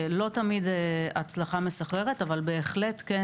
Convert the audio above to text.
זה לא תמיד בהצלחה מסחררת אבל בהחלט כן,